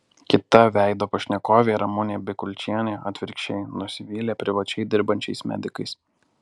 kita veido pašnekovė ramunė bikulčienė atvirkščiai nusivylė privačiai dirbančiais medikais